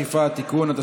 אכיפה) (תיקון),